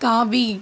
தாவி